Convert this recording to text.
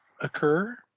occur